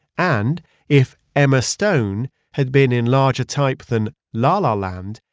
and if emma stone had been in larger type than la la land,